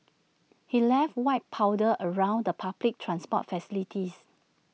he left white powder around the public transport facilities